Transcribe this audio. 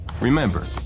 Remember